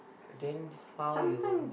then how you